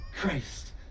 Christ